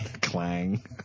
Clang